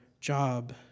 job